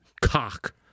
cock